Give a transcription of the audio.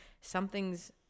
something's